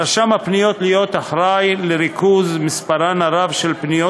על רשם הפניות להיות אחראי לריכוז מספרן הרב של פניות